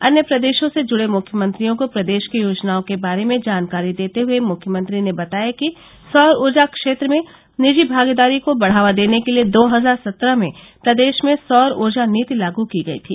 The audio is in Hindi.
अन्य प्रदेशों से जुड़े मुख्यमंत्रियों को प्रदेश की योजनाओं के बारे में जानकारी देते हुए मुख्यमंत्री ने बताया कि सौर ऊर्जा क्षेत्र में निजी भागीदारी को बढ़ावा देने के लिए दो हजार सत्रह में प्रदेश में सौर ऊर्जा नीति लागू की गई थी